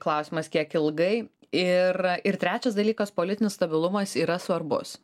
klausimas kiek ilgai ir ir trečias dalykas politinis stabilumas yra svarbus